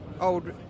old